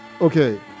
Okay